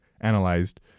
analyzed